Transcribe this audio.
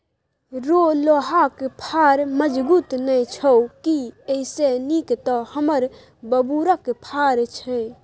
रौ लोहाक फार मजगुत नै छौ की एइसे नीक तँ हमर बबुरक फार छै